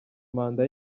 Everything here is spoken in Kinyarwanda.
manda